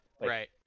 Right